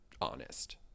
honest